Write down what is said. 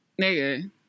nigga